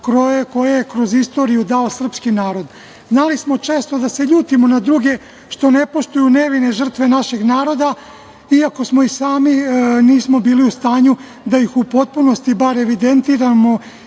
koje je kroz istoriju dao srpski narod. Znali smo često da se ljutimo na druge što ne poštuju nevine žrtve našeg naroda, iako i sami nismo bili u stanju da ih u potpunosti bar evidentiramo